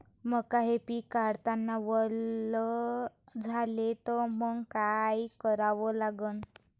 मका हे पिक काढतांना वल झाले तर मंग काय करावं लागन?